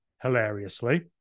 hilariously